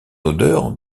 odeur